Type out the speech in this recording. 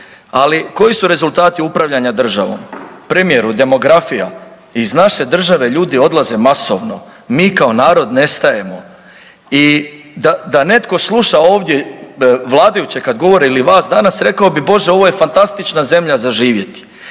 Ali, koji su rezultati upravljanja državom? Premijeru, demografija? Iz naše države ljudi odlaze masovno. Mi kao narod nestajemo i da netko sluša ovdje vladajuće kad govore ili vas danas, rekao bi, Bože, ovo je fantastična zemlja za živjeti,